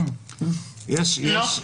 לא.